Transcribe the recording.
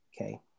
Okay